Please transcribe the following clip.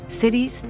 cities